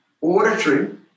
Auditory